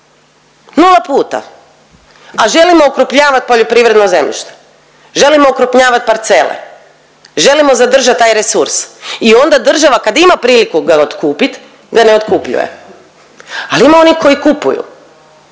nula puta, a želimo okrupnjavat poljoprivredno zemljište, želimo okrupnjavat parcele, želimo zadržat taj resurs i onda država kad ima priliku ga otkupit ga ne otkupljuje. Ali ima onih koji kupuju,